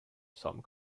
some